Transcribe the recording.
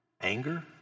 anger